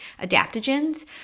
adaptogens